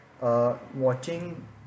watching